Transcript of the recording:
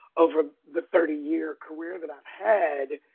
over the thirty year career that i've had,